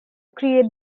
create